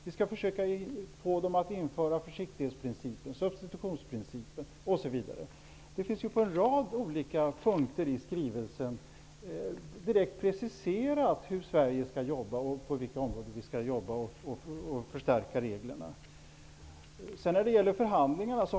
Vi skall försöka få EG att införa försiktighetsprincipen, substitutionsprincipen osv. Det finns på en rad olika punkter i skrivelsen direkt preciserat hur och på vilka områden Sverige skall jobba för att t.ex. förstärka reglerna.